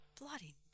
bloody